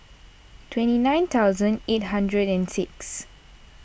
twenty nine thousand eight hundred and six